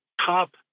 top